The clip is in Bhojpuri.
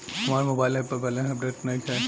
हमार मोबाइल ऐप पर बैलेंस अपडेट नइखे